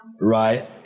right